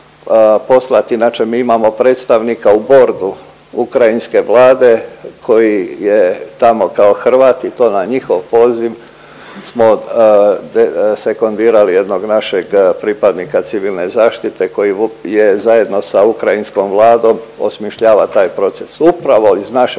inače mi imamo predstavnika u Bordu ukrajinske vlade koji je tamo kao Hrvat i to na njihov poziv smo se … jednog našeg pripadnika civilne zaštite koji je zajedno sa ukrajinskom vladom osmišljava taj proces. Upravo iz našeg